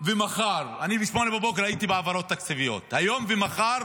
מ-08:00 הייתי בהעברות תקציביות, היום ומחר